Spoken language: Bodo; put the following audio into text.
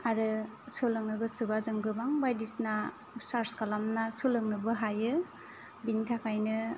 आरो सोलोंनो गोसोबा जों गोबां बायदिसिना सार्च खालामना सोलोंनोबो हायो बेनि थाखायनो